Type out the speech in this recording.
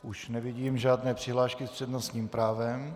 Už nevidím žádné přihlášky s přednostním právem.